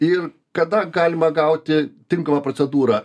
ir kada galima gauti tinkamą procedūrą